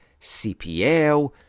CPL